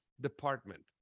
department